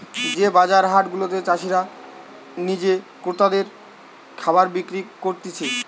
যে বাজার হাট গুলাতে চাষীরা নিজে ক্রেতাদের খাবার বিক্রি করতিছে